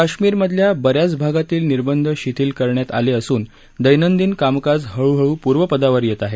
कश्मीर मधल्या ब याच भागातील निर्बध शिथिल करण्यात आले असून दैनदिन कामकाज हळुहळु पूर्वपदावर येत आहे